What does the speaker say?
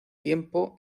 tiempo